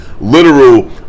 literal